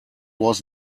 was